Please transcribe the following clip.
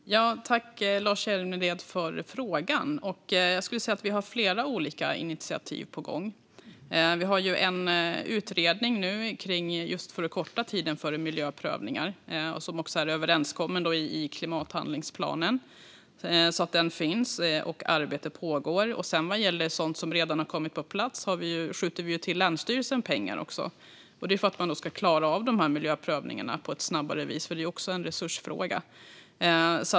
Fru talman! Tack, Lars Hjälmered, för frågan! Jag skulle vilja säga att vi har flera olika initiativ på gång. Vi har en utredning om att korta tiden för miljöprövningar, som också är överenskommen i klimathandlingsplanen. Den finns, och arbetet pågår. Vad gäller sådant som redan har kommit på plats skjuter vi till pengar till länsstyrelsen. Det är för att man ska klara av miljöprövningarna snabbare, för det är också en resursfråga.